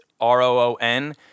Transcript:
R-O-O-N